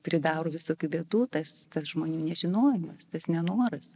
pridaro visokių bėdų tas tas žmonių nežinojimas tas nenoras